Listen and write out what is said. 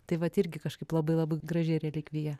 tai vat irgi kažkaip labai labai graži relikvija